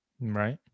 Right